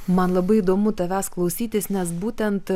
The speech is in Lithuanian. man labai įdomu tavęs klausytis nes būtent